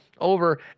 over